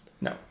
No